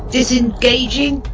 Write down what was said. Disengaging